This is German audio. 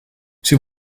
sie